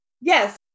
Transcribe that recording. Yes